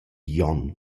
jon